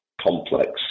complex